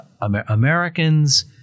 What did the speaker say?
Americans